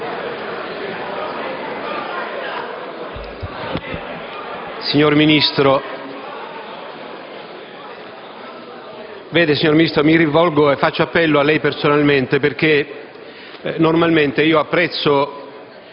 Signor Ministro, faccio appello a lei personalmente, perché normalmente apprezzo